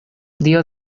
dio